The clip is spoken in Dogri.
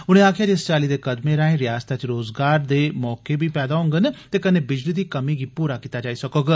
उनें आखेआ जे इस चाल्ली दे कदमें राएं रिआसता च रोजगार दे मौके बी पैदा होडन ते कन्नै बिजली दी कमी गी पूरा कीता जाई सकोग